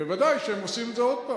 ודאי שהם עושים את זה עוד הפעם.